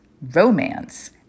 romance